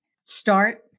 Start